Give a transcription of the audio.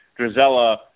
Drizella